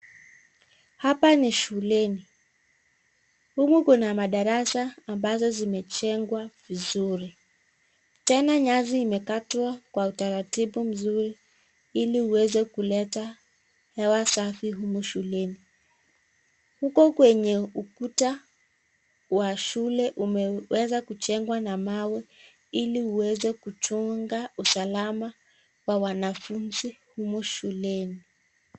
Hapa ni shuleni, humu kuna madarasa ambazo zimejengwa vizuri, tena nyasi imekatwa kwa utaratibu mzuri ili uweze kuleta hewa safi humu shuleni. Huku kwenye ukita wa shule umeweza kujengwa na mawe ili uweze kuchunga usalama wa wanafunzi humu shuleni.